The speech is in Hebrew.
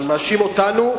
אני מאשים אותנו,